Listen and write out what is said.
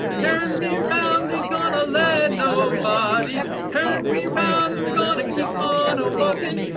turn me round. ain't gonna let nobody turn me round. i'm gonna keep on a walking,